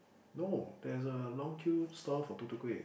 no there's a long queue store for tu-tu kuey